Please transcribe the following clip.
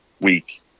week